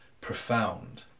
profound